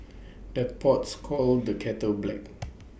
the pots calls the kettle black